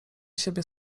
siebie